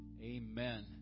Amen